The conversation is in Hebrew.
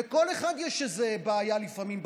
לכל אחד יש איזו בעיה לפעמים בחיים,